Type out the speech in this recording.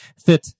fit